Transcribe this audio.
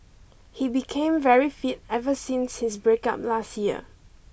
he became very fit ever since his breakup last year